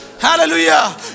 Hallelujah